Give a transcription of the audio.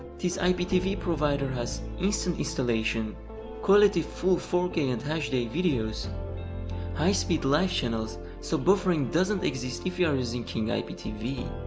this iptv provider has instant installation quality full four k and hd videos high speed live channels, so buffering doesn't exist if you are using king iptv